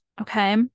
Okay